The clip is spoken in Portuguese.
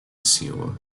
senhor